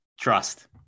trust